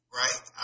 right